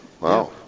Wow